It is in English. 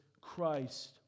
Christ